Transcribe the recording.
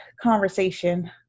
conversation